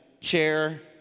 chair